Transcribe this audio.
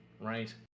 right